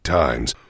times